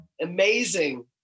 Amazing